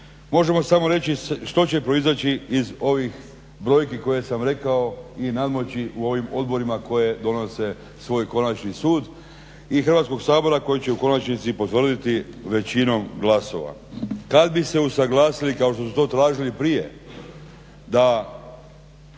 možemo samo reći što će proizaći iz ovih brojki koje sam rekao i nadmoći u ovim odborima koje donose svoj konačni sud i Hrvatskog sabora koji će u konačnici i potvrditi većinom glasova. Kad bi se usuglasili kao što su to tražili prije da